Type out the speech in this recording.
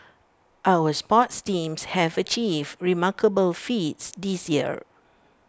our sports teams have achieved remarkable feats this year